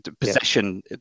Possession